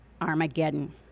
Armageddon